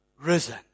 risen